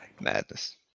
Madness